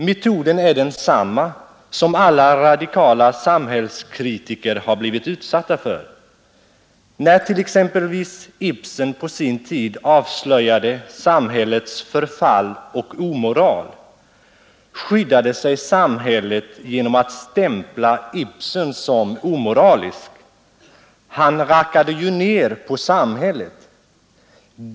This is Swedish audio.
Metoden är densamma som alla radikala samhällskritiker har blivit utsatta för. När t.ex. Ibsen på sin tid avslöjade samhällets förfall och omoral, skyddade sig samhället genom att stämpla Ibsen som omoralisk. Han rackade ju ner på samhället.